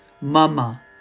Mama